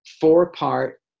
four-part